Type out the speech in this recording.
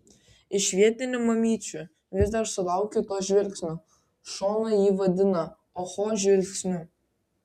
iš vietinių mamyčių vis dar sulaukiu to žvilgsnio šona jį vadina oho žvilgsniu